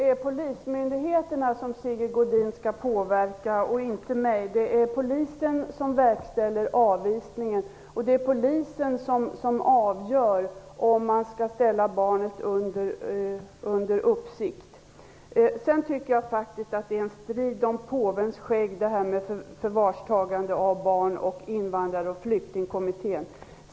Fru talman! Sigge Godin skall påverka polismyndigheterna, inte mig. Det är polisen som verkställer avvisningen. Det är polisen som avgör om barnet skall ställas under uppsikt. Frågan om förvarstagande av barn och Invandraroch flyktingkommittén är en tvist om påvens skägg.